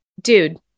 Dude